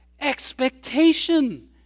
expectation